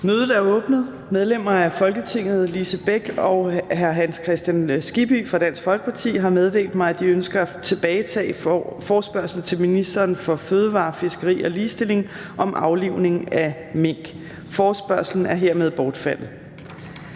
Mødet er åbnet. Medlemmer af Folketinget Lise Bech (DF) og Hans Kristian Skibby (DF) har meddelt mig, at de ønsker at tilbagetage forespørgsel til ministeren for fødevarer, fiskeri og ligestilling om aflivning af mink. (Forespørgsel nr. F 18).